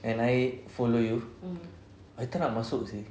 and I follow you I tak nak masuk seh